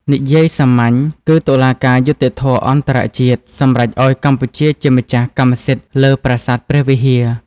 និយាយសាមញ្ញគឺ តុលាការយុត្តិធម៌អន្តរជាតិ សម្រេចឱ្យកម្ពុជាជាម្ចាស់កម្មសិទ្ធិលើប្រាសាទព្រះវិហារ។